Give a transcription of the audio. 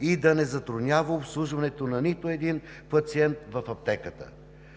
и да не се затруднява обслужването на нито един пациент в аптеката.